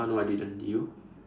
uh no I didn't do